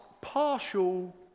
partial